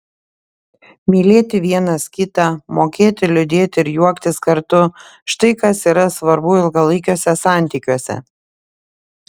mylėti vienas kitą mokėti liūdėti ir juoktis kartu štai kas yra svarbu ilgalaikiuose santykiuose